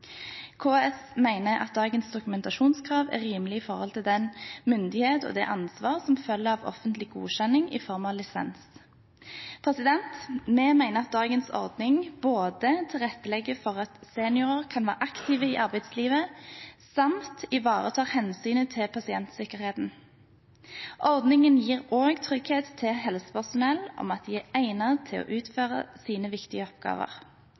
KS mener at dagens dokumentasjonskrav er rimelig ut fra den myndighet og det ansvar som følger av offentlig godkjenning i form av lisens. Vi mener at dagens ordning både tilrettelegger for at seniorer kan være aktive i arbeidslivet og ivaretar hensynet til pasientsikkerheten. Ordningen gir også trygghet til helsepersonell for at de er egnet til å utføre sine viktige oppgaver.